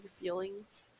feelings